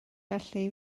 felly